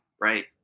right